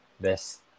best